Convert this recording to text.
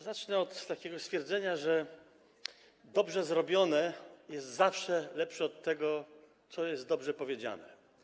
Zacznę od takiego stwierdzenia, że dobrze zrobione jest zawsze lepsze od tego, co jest dobrze powiedziane.